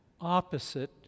opposite